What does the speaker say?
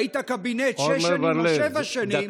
והיית בקבינט שש שנים או שבע שנים -- עמר בר לב,